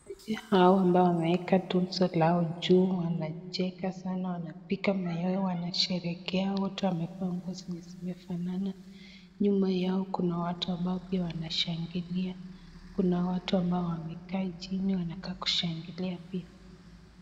Wachezaji hawa ambao wameweka tunzo lao juu wanacheka sana. Wanapiga mayowe wanasherehekea, wote wamevaa nguo zenye zimefanana, nyuma yao kuna watu ambao wanashangilia. Kuna watu ambao wamekaa jini wanakaa kushangilia.